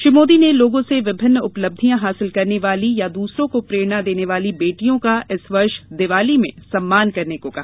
श्री मोदी ने लोगों से विभिन्न उपलब्धियां हासिल करने वाली या दसरों को प्रेरणा देने वाली बेटियों का इस वर्ष दीवाली में सम्मान करने को कहा